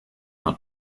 not